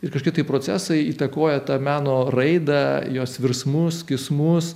ir kažkaip tai procesai įtakoja tą meno raidą jos virsmus kismus